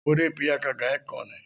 ओ रे पिया का गायक कौन है